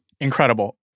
Incredible